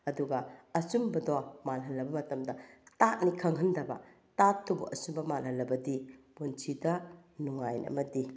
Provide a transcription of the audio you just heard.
ꯑꯗꯨꯒ ꯑꯆꯨꯝꯕꯗꯣ ꯃꯥꯜꯍꯜꯂꯕ ꯃꯇꯝꯗ ꯇꯥꯠꯅꯤ ꯈꯪꯍꯟꯗꯕ ꯇꯥꯠꯇꯨꯕꯨ ꯑꯆꯨꯝꯕ ꯃꯥꯜꯍꯜꯂꯕꯗꯤ ꯄꯨꯟꯁꯤꯗ ꯅꯨꯡꯉꯥꯏꯅ ꯑꯃꯗꯤ